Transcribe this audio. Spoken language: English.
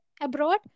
abroad